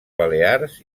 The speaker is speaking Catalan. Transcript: balears